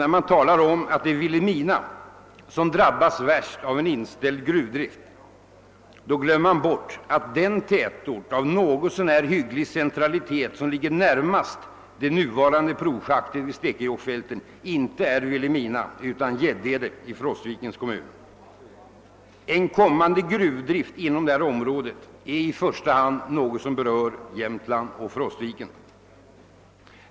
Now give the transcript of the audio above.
När man talar om att det är Vilhelmina som drabbas värst av en inställd gruvdrift glömmer man bort att den tätort som ligger närmast det nuvarande provschaktet vid Stekenjokkfältet och som har en någorlunda hög grad av centralitet inte är Vilhelmina utan Gäddede i Frostvikens kommun. En blivande gruvdrift inom detta område är i första hand något som berör Frostviken och Jämtland.